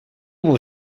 will